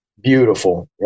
beautiful